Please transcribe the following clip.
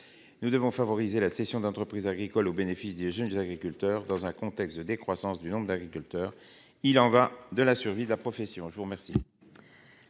effet de favoriser la cession d'entreprises agricoles au bénéfice des jeunes agriculteurs, dans un contexte de décroissance du nombre d'agriculteurs. Il y va de la survie de la profession ! Quel